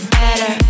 better